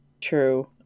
true